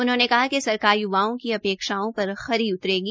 उन्होंने कहा कि सरकार य्वाओं की उपेक्षाओं पर खरी उतरेगी